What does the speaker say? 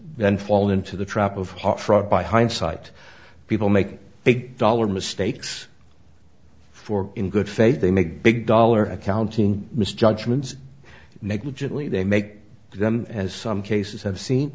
then fall into the trap of hot fraud by hindsight people make big dollar mistakes for in good faith they make big dollar accounting misjudgments negligently they make them as some cases have seen